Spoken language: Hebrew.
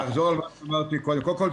קודם כול,